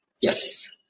Yes